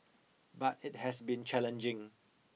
but it has been challenging